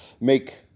make